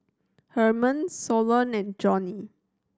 Hermon Solon and Johnny